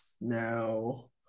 Now